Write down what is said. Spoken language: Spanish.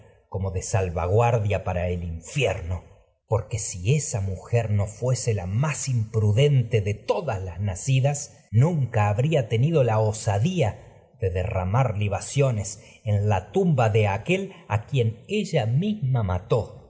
como salvaguardia fuese para el infierno porque si esa mujer no la más im pudente de todas las nacidas nunca en habría tenido la aquel a osadía de derramar libaciones la tumba de quien ella misma mató